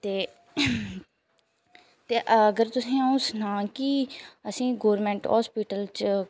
ते ते अगर तुसें ई अ'ऊं सनांऽ कि असें ई गौरमेंट हॉस्पिटल च